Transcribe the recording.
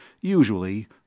Usually